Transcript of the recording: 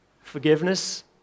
forgiveness